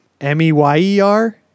M-E-Y-E-R